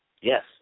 Yes